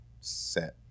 set